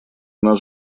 нас